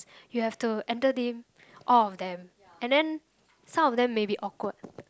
you have to entertain all of them and then some of them maybe awkward